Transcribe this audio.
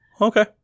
Okay